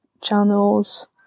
channels